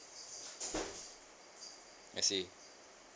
I see